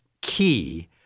key